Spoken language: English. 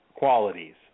qualities